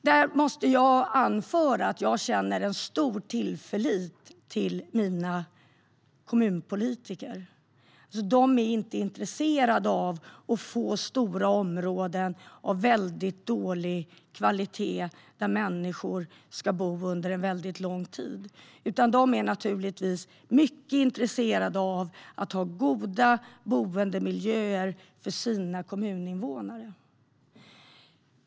Jag måste anföra att jag känner en stor tillit till mina kommunpolitiker. De är inte intresserade av att få stora bostadsområden av väldigt dålig kvalitet, där människor ska bo under en väldigt lång tid, utan de är naturligtvis mycket intresserade av att ha goda boendemiljöer för sina kommuninvånare.